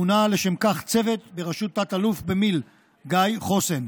מונה לשם כך צוות בראשות תא"ל במיל' גיא חוסן.